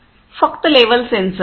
फक्त level sensor